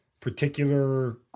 particular